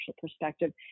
perspective